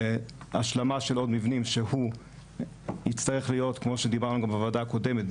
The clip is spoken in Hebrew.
השלמה של עוד מבנים שהוא יצטרך להיות כמו שדיברנו בוועדה הקודמת,